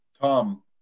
tom